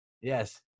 Yes